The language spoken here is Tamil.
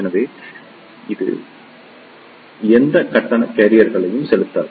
எனவே இது எந்த கட்டண கேரியர்களையும் செலுத்தாது